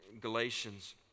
Galatians